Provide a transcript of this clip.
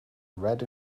red